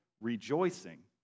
rejoicing